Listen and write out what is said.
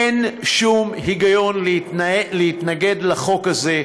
אין שום היגיון להתנגד לחוק הזה,